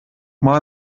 mal